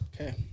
Okay